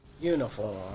uniform